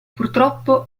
purtroppo